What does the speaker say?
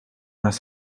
las